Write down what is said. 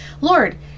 Lord